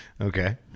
Okay